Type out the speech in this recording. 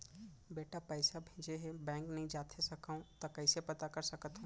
बेटा पइसा भेजे हे, बैंक नई जाथे सकंव त कइसे पता कर सकथव?